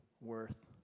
worth